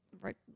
Right